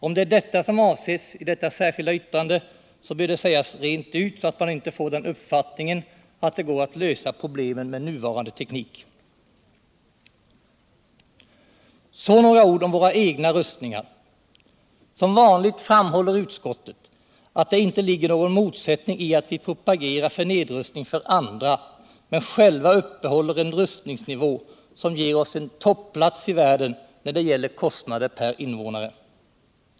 Om det är det som avses i detta särskilda yttrande bör det sägas rent ut, så man inte får den uppfattningen att det går att lösa problemen med nuvarande teknik. Så några ord om våra egna rustningar. Som vanligt framhåller utskottet att det inte ligger någon motsättning i att vi propagerar för nedrustning för andra men själva uppehåller en rustningsnivå som ger oss en topplats i världen när det gäller kostnader per invånare.